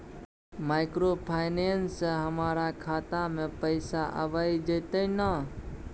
Microfinance से हमारा खाता में पैसा आबय जेतै न?